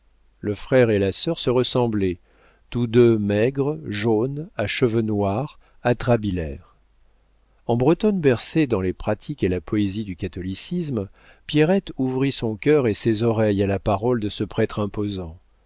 le frère et la sœur se ressemblaient tous deux maigres jaunes à cheveux noirs atrabilaires en bretonne bercée dans les pratiques et la poésie du catholicisme pierrette ouvrit son cœur et ses oreilles à la parole de ce prêtre imposant